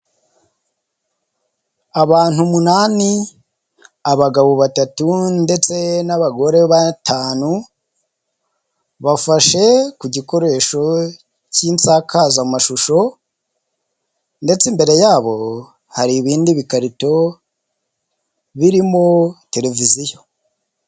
Abantu umunani, abagabo batatu ndetse n'abagore batanu, bafashe ku gikoresho cy'insakazamashusho ndetse imbere yabo hari ibindi bikarito, birimo televiziyo.